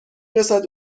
رسد